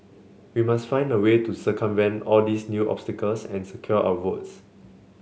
we must find a way to circumvent all these new obstacles and secure our votes